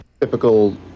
typical